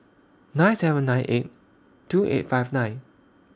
nine seven nine eight two eight five nine